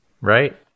right